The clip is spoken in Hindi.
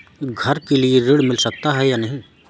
घर के लिए ऋण मिल सकता है या नहीं?